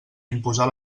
imposar